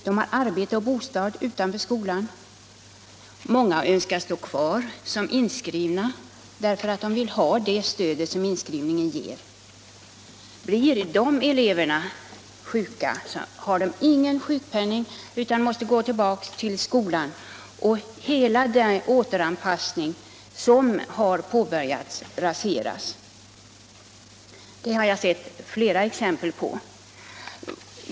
De har arbete och bostad utanför skolan, och många önskar stå kvar som inskrivna därför att de vill ha kvar det stöd som inskrivningen ger. Blir dessa elever sjuka har de ingen sjukpenning utan måste gå tillbaka till skolan med påföljd att hela den påbörjade återanpassningen raseras. Det har jag sett flera exempel på.